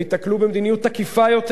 הם ייתקלו במדיניות תקיפה יותר,